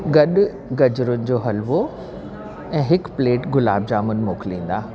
गॾु गजरुनि जो हलुवो ऐं हिकु प्लेट गुलाब जमु मोकिलींदा